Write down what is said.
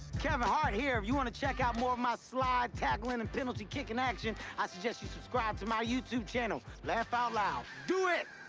kevin hart here. if you want to check out more of my slide tacklin' and penalty kicking action, i suggest you subscribe to my youtube channel laugh out loud. do it!